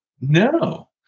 no